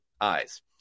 eyes